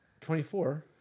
24